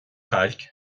chailc